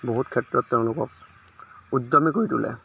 বহুত ক্ষেত্ৰত তেওঁলোকক উদ্য়মী কৰি তোলে